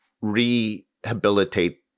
rehabilitate